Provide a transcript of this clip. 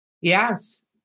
Yes